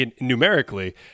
Numerically